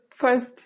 first